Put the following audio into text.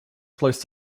close